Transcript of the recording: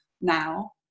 now